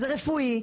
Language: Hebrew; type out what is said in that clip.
זה רפואי.